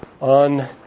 on